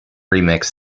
remixed